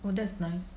oh that's nice